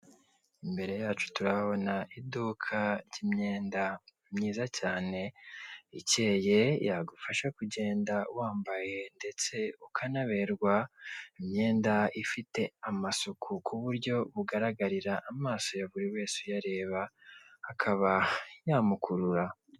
Imbere yacu turabona iduka ry'imyenda myiza cyane ikeye, yagufasha kugenda wambaye ndetse ukanaberarwa, imyenda ifite amasuku ku buryo bugaragarira amaso ya buri wese uyareba akaba yamukurura.